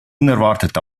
unerwartet